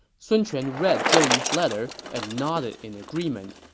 sun quan read zhou yu's letter and nodded in agreement,